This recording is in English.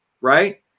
right